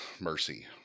mercy